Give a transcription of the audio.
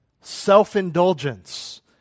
Self-indulgence